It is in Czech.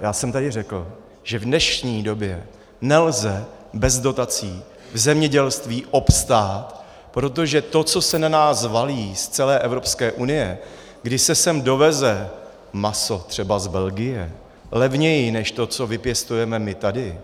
Já jsem tady řekl, že v dnešní době nelze bez dotací v zemědělství obstát, protože to, co se na nás valí z celé Evropské unie, kdy se sem doveze maso, třeba z Belgie, levněji než to, co vypěstujeme my tady,